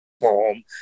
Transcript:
boom